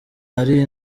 ari